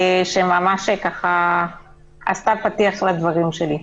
שממש עשתה פתיח לדברים שלי.